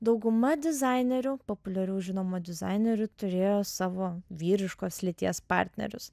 dauguma dizainerių populiarių žinomų dizainerių turėjo savo vyriškos lyties partnerius